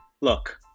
Look